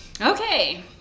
Okay